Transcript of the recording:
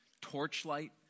torchlight